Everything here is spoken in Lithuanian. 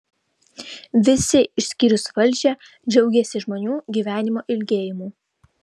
visi išskyrus valdžią džiaugiasi žmonių gyvenimo ilgėjimu